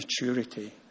maturity